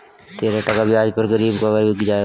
तेरह टका ब्याज पर गरीब का घर बिक जाएगा